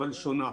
אבל שונה.